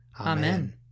Amen